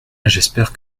j’espère